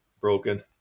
broken